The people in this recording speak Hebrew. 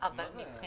אבל לגבי